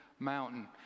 mountain